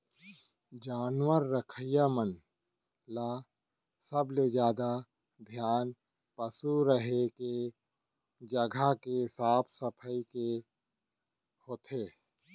जानवर रखइया मन ल सबले जादा धियान पसु रहें के जघा के साफ सफई के होथे